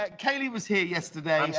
like caylee was here yesterday.